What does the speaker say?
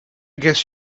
guess